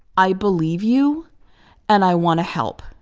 i believe you and i want to help.